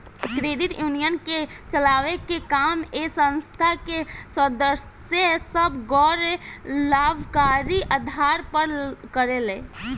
credit union के चलावे के काम ए संस्था के सदस्य सभ गैर लाभकारी आधार पर करेले